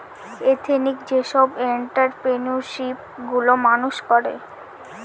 ethnic যেসব entrepreneurship গুলো মানুষ করে